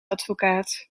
advocaat